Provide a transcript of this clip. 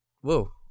Whoa